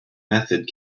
method